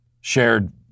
shared